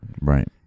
Right